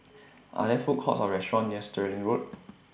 Are There Food Courts Or restaurants near Stirling Road